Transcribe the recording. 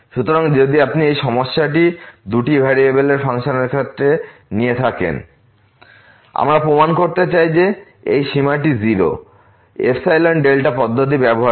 সুতরাং যদি আপনি এই সমস্যাটি দুটি ভেরিয়েবলের এই ফাংশনগুলি থেকে নিয়ে থাকেন lim⁡xy00x2y2sin 1x2y2 0 আমরা প্রমাণ করতে চাই যে এই সীমাটি 0 ϵδ পদ্ধতি ব্যবহার করে